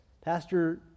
Pastor